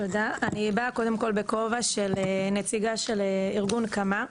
תודה אני באה קודם כל בכובע של נציגה של ארגון קמא,